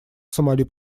сомали